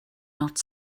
not